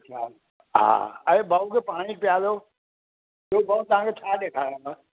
हा अड़े भाऊ खे पाणी पिआरो ॿियो भाऊ तव्हांखे छा ॾेखारियांव